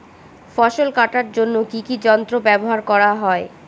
ফসল কাটার জন্য কি কি যন্ত্র ব্যাবহার করা হয়?